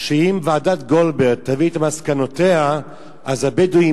שאם ועדת-גולדברג תביא את מסקנותיה הבדואים